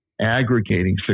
aggregating